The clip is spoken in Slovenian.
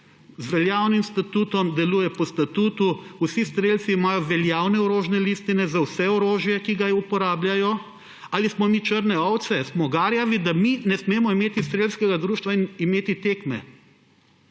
z veljavnim statutom, deluje po statutu, vsi strelci imajo veljavne orožne listine za vso orožje, ki ga uporabljajo, ali smo mi črne ovce, smo garjavi, da mi ne smemo imeti strelskega društva in imeti tekme.